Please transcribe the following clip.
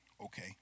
Okay